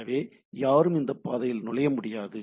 எனவே யாரும் இந்தப் பாதையில் நுழைய முடியாது